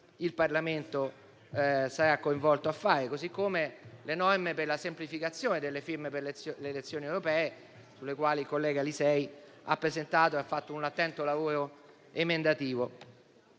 il Parlamento sarà coinvolto a fare. Cito inoltre le norme per la semplificazione delle firme per le elezioni europee, sulle quali il collega Lisei ha fatto un attento lavoro emendativo.